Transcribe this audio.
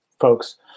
folks